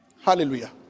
Hallelujah